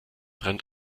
rennt